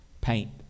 paint